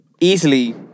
easily